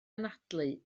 anadlu